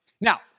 Now